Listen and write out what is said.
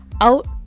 out